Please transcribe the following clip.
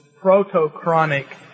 proto-chronic